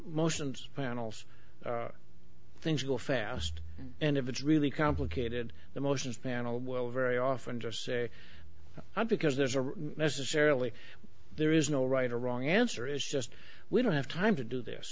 motions panels things go fast and if it's really complicated the motions panel will very often just say because there's a necessarily there is no right or wrong answer is just we don't have time to do this